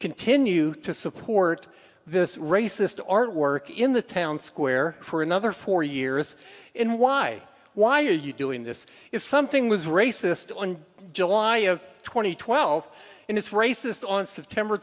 continue to support this racist artwork in the town square for another four years and why why are you doing this if something was racist on july of two thousand and twelve and it's racist on september